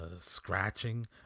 scratching